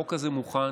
החוק הזה מוכן.